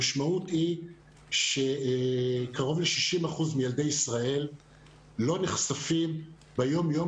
המשמעות היא שקרוב ל-60% מילדי ישראל לא נחשפים ביום-יום